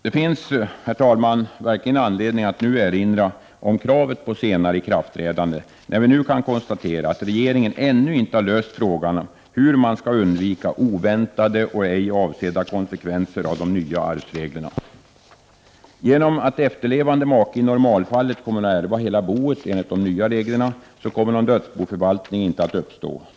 Det finns, herr talman, verkligen anledning att nu erinra om kravet på senare ikraftträdande, när det kan konstateras att regeringen ännu inte har löst frågan om hur oväntade och ej avsedda konsekvenser av de nya arvsreglerna skall undvikas. Genom att efterlevande make i normalfallet kommer att ärva hela boet, enligt de nya reglerna, kommer någon dödsboförvaltning ej att uppstå.